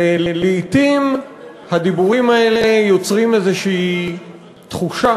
ולעתים הדיבורים הללו יוצרים איזו תחושה